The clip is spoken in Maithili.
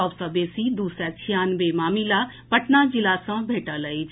सभ सँ बेसी दू सय छियानवे मामिला पटना जिला सँ भेटल अछि